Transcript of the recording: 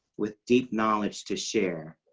with deep knowledge to share.